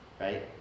right